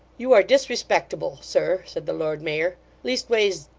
you are disrespectable, sir said the lord mayor leastways,